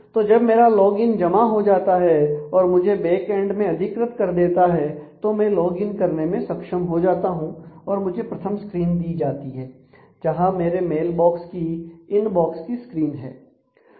तो जब मेरा लॉगइन जमा हो जाता है और मुझे बैकऐंड में अधिकृत कर देता है तो मैं लॉग इन करने में सक्षम हो जाता हूं और मुझे प्रथम स्क्रीन दी जाती है जहां मेरे मेल बॉक्स की इनबॉक्स की स्क्रीन है